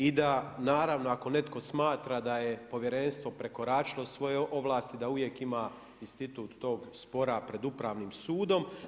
I da, naravno ako netko smatra da je Povjerenstvo prekoračilo svoje ovlasti da uvijek ima institut tog spora pred upravnim sudom.